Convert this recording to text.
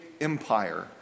empire